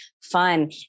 fun